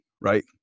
right